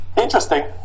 Interesting